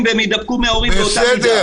הם יודעים לבוא